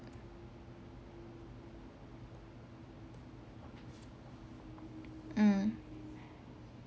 mm